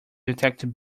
detected